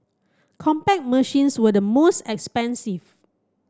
Compaq machines were the most expensive